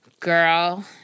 Girl